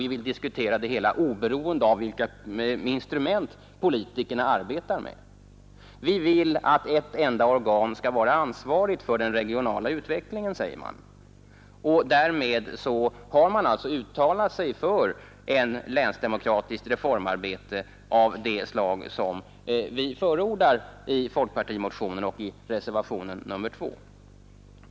Vi vill diskutera det hela oberoende av vilka instrument politikerna arbetar med. Vi vill att ett enda organ skall vara ansvarigt för den regionala utvecklingen.” Därmed har man uttalat sig för ett länsdemokratiskt reformarbete av det slag som vi förordar i folkpartimotionen och i reservationen 2.